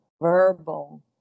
verbal